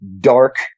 dark